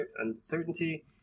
uncertainty